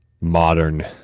modern